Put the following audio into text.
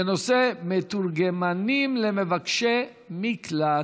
בנושא: מתורגמנים למבקשי מקלט.